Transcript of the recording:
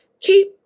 Keep